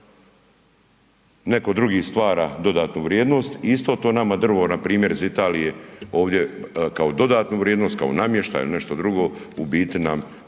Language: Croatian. netko drugi stvara dodatnu vrijednost i isto to nama drvo npr. iz Italije ovdje kao dodatnu vrijednost, kao namještaj ili nešto drugo, u biti nam